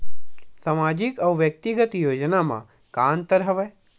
सामाजिक अउ व्यक्तिगत योजना म का का अंतर हवय?